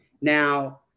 Now